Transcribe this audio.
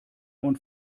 und